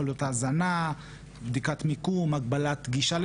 כמובן אלימות כלכלית, גם שם נכנס הנושא הטכנולוגי.